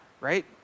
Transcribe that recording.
right